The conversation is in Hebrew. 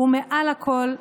ומעל הכול,